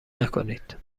نکنید